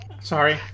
Sorry